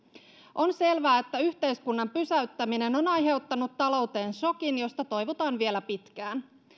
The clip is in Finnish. on selvää että yhteiskunnan pysäyttäminen on aiheuttanut talouteen sokin josta toivutaan vielä pitkään